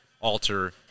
alter